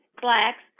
blacks